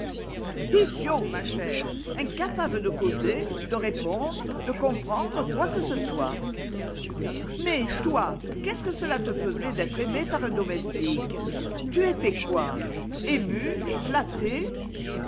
idiots ma chère incapables de causer de répondre de comprendre quoi que ce soit mais toi qu'est-ce que cela te faisait d'être aimée par un domestique tu étais quoi émue flattée